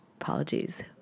Apologies